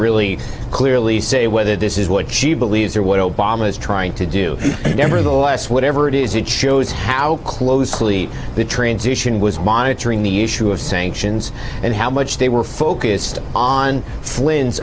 really clearly say whether this is what she believes or what obama is trying to do nevertheless whatever it is it shows how closely the transition was monitoring the issue of sanctions and how much they were focused on fl